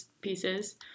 pieces